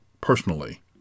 personally